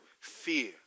fear